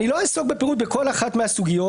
אני לא אעסוק בפירוט בכל אחת מהסוגיות.